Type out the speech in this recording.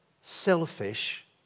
selfish